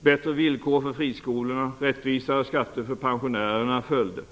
Bättre villkor för friskolorna och rättvisare skatter för pensionärerna följde.